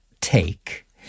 take